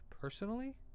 personally